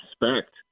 respect